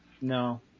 No